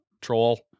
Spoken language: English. troll